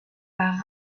par